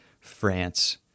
France